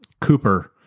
Cooper